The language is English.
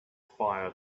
fire